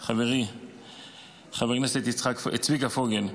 כאן היום, חברי חבר הכנסת צביקה פוגל,